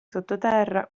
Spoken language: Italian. sottoterra